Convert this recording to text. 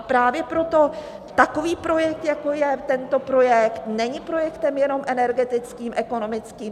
Právě proto takový projekt, jako je tento projekt, není projektem jenom energetickým, ekonomickým.